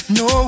no